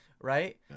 right